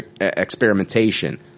experimentation